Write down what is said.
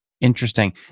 Interesting